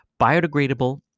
biodegradable